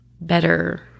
better